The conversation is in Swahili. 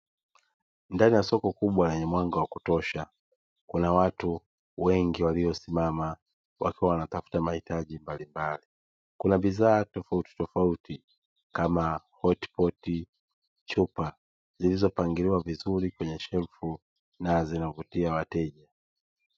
Ndani ya soko kubwa na lenye mwanga wa kutosha kuna watu wengi waliosimama wakiwa wanatafuta mahitaji mbalimbali, kuna bidhaa tofauti tofauti kama hotipoti, chupa, zilizopangiliwa vizuri kwenye shelfu na zinavutia wateja.